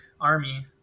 Army